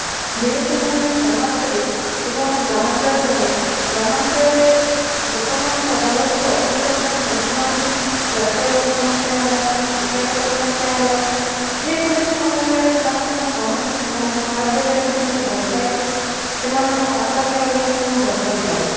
ଯେହେତୁ ମୁଁ ଜଣେ ସମାଜସେବୀ ଏବଂ ମୁଁ ଗ୍ରାମାଞ୍ଚଳରେ ରୁହେ ଗ୍ରାମାଞ୍ଚଳରେ ଲୋକମାନଙ୍କର ବହୁତ୍ ଅସୁବିଧା ସେମାନେ ସମ୍ମୁଖୀନ ହୁଅନ୍ତି ସ୍ୱାସ୍ଥ୍ୟଗତ ସମସ୍ୟା ହେଲା ଶିକ୍ଷାଗତ ସମସ୍ୟା ହେଲା ଯେକୌଣସି ସମସ୍ୟାରେ ସେମାନଙ୍କ ପାଖରେ ପହଞ୍ଚି ସେମାନଙ୍କୁ ସାହାଯ୍ୟ କରିବାକୁ ମୁଁ ବହୁତ ଭଲ ପାଏ ସେମାନଙ୍କ ପାଖେପାଖେ ରହିବାକୁ ମୁଁ ବହୁତ୍ ଭଲ ପାଏ